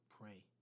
Pray